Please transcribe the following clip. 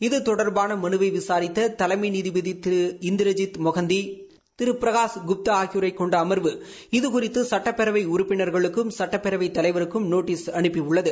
இது தொடர்பான மனுவை விசாரித்த தலைமை நீதிபதி திரு இந்திரஜித் மொகந்தி திரு பிரகாஷ் குப்தா ஆகியோரைக் கொண்ட அமா்வு இது குறித்து சுட்டப்பேரவை உறுப்பினா்களுக்கும் சுட்டப்பேரவைத் தலைவருக்கும் நோட்டீஸ் அனுப்பியுள்ளது